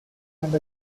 and